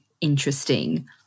interesting